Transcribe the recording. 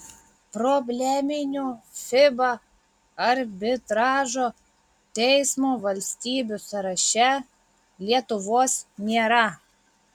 probleminių fiba arbitražo teismo valstybių sąraše lietuvos nėra